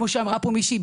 כמו שאמרה פה מישהי,